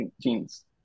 genes